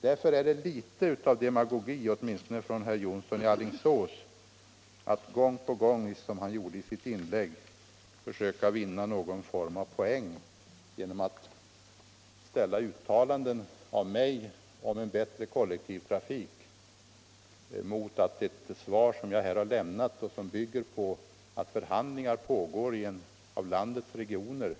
Därför är det litet av demagogi när herr Jonsson i Alingsås gång på gång i sitt inlägg försöker vinna någon form av poäng genom att ställa uttalanden av mig om en bättre kollektivtrafik mot ett svar som jag här har lämnat och som bygger på att förhandlingar pågår i en av landets regioner.